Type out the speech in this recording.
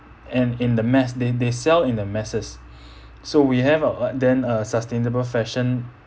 and in the mass they they sell in the masses so we have uh then uh sustainable fashion